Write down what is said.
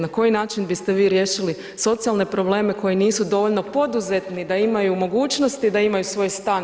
Na koji način biste vi riješili socijalne probleme koji nisu dovoljno poduzetni da imaju mogućnosti da imaju svoj stan?